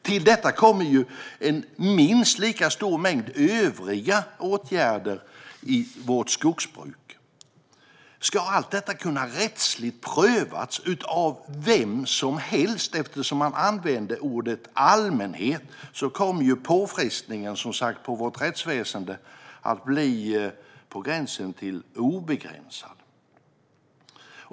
Till detta kommer en minst lika stor mängd övriga åtgärder i vårt skogsbruk. Om allt detta ska kunna prövas rättsligt av vem som helst - man använder ju ordet allmänhet - kommer påfrestningen på vårt rättsväsen att bli på gränsen till obegränsad.